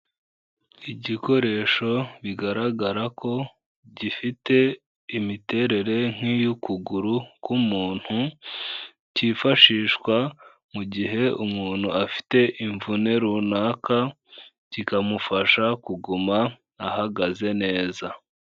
Igikoresho bigaragara ko gifite imiterere nk'iy'ukuguru k'umuntu, cyifashishwa mu gihe umuntu afite imvune runaka, kikamufasha kuguma ahagaze neza.